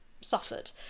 suffered